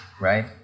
right